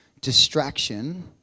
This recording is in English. distraction